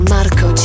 Marco